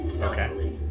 Okay